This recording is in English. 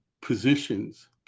positions